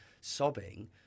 sobbing